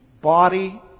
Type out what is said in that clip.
body